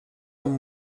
amb